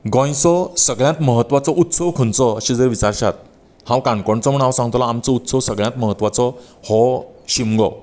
गोंयचो सगळ्यांत म्हत्वाचो उत्सव खंयचो अशें जर विचारशात हांव काणकोणचो म्हूण हांव सांगतलो आमचो उत्सव सगळ्यांत म्हत्वाचो हो शिगमो